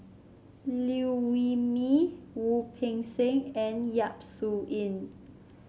Liew Wee Mee Wu Peng Seng and Yap Su Yin